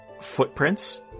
footprints